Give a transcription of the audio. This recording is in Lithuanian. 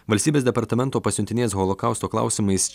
valstybės departamento pasiuntinės holokausto klausimais